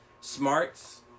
smarts